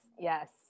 yes